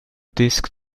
disk